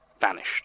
Vanished